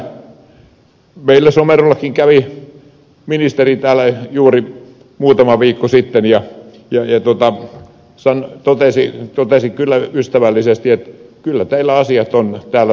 meillä somerollakin kävi ministeri täällä juuri muutama viikko sitten ja totesi kyllä ystävällisesti että kyllä teillä asiat ovat täällä todella hyvin